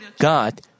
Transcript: God